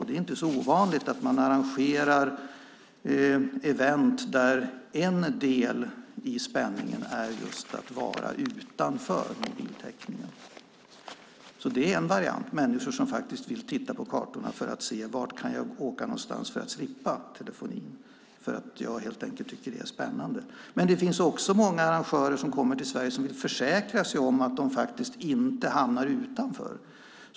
Det är inte så ovanligt att man arrangerar event där en del i spänningen är att vara utanför mobiltäckningen. Det är en variant. Det är människor som vill titta på kartorna för att se vart de kan åka för att slippa telefonin för att de helt enkelt tycker att det är spännande. Det finns också många som kommer till Sverige och vill försäkra sig om att de inte hamnar utanför.